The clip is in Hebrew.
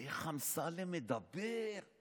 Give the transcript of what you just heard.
איך אמסלם מדבר?